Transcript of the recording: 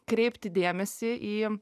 kreipti dėmesį į